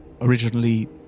originally